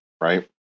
right